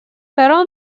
battle